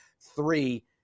three